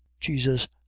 jesus